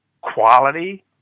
quality